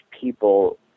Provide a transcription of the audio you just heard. people